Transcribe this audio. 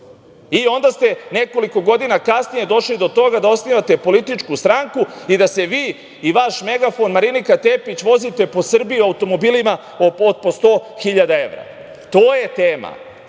i onda ste nekoliko godina kasnije došli do toga da osnivate političku stranku i da se vi i vaš megafon Marinika Tepić vozite po Srbiji automobilima od po 100.000 evra. To je tema.